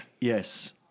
yes